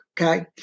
Okay